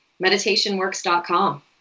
Meditationworks.com